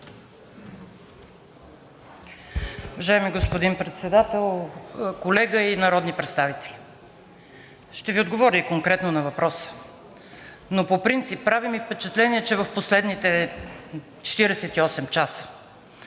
Уважаеми господин Председател, колега и народни представители! Ще Ви отговоря и конкретно на въпроса, но по принцип ми прави впечатление, че в последните 48 часа,